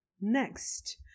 next